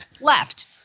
left